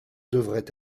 devraient